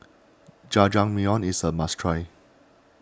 Jajangmyeon is a must try